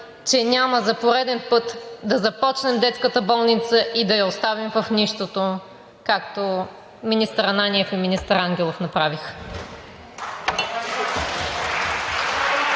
че няма за пореден път да започнем детската болница и да я оставим в нищото, както министър Ананиев и министър Ангелов направиха.